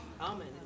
Amen